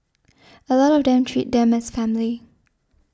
a lot of them treat them as family